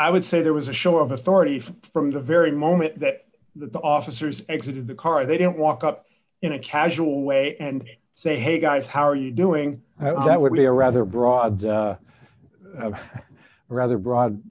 i would say there was a show of authority from the very moment that the officers exited the car they didn't walk up in a casual way and say hey guys how are you doing that would be a rather broad rather broad